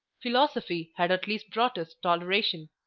philosophy had at least brought us toleration.